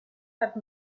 have